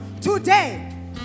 today